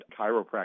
chiropractic